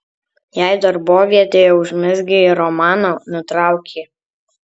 jei darbovietėje užmezgei romaną nutrauk jį